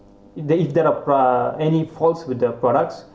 that if that of uh any faults with the products